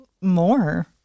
more